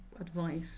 advice